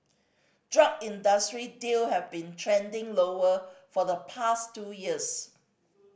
drug industry deal have been trending lower for the past two years